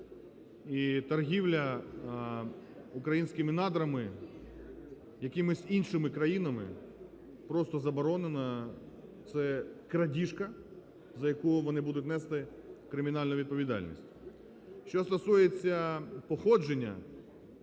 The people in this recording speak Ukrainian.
І торгівля українськими надрами якимись іншими країнами просто заборонена. Це крадіжка, за яку вони будуть нести кримінальну відповідальність. Що стосується походження